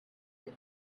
gray